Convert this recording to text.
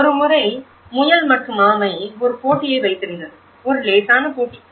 ஒருமுறை முயல் மற்றும் ஆமை ஒரு போட்டியை வைத்திருந்தது ஒரு லேசான போட்டி